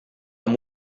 amb